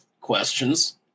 questions